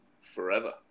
forever